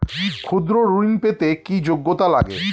ক্ষুদ্র ঋণ পেতে কি যোগ্যতা লাগে?